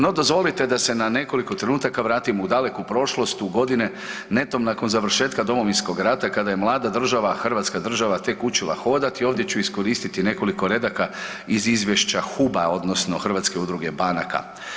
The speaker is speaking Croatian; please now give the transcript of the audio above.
No, dozvolite da se na nekoliko trenutaka vratim u daleku prošlost u godine netom nakon završetka Domovinskog rata kada je mlada država, hrvatska država tek učila hodati, ovdje ću iskoristiti nekoliko redak iz izvješća HUB-a odnosno Hrvatske udruge banaka.